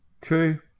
True